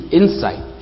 insight